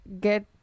get